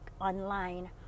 online